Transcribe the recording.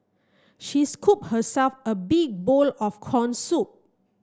she scooped herself a big bowl of corn soup